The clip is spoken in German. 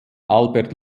albert